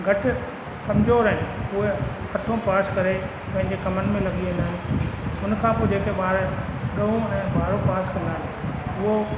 घटि कमज़ोर आहिनि उहे अठो पास करे पंहिंजे कमनि में लॻी वेंदा आहिनि उन खां पोइ जेके ॿार ॾहो ऐं ॿारहों पास कंदा आहिनि उहो